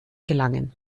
gelangen